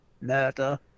murder